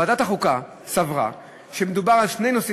ועדת החוקה סברה שמדובר על שני נושאים